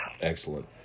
Excellent